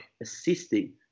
assisting